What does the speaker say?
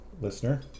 listener